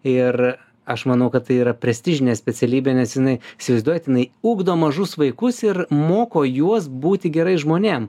ir aš manau kad tai yra prestižinė specialybė nes jinai įsivaizduojat inai ugdo mažus vaikus ir moko juos būti gerais žmonėm